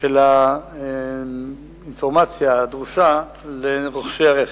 של האינפורמציה הדרושה לרוכשי הרכב.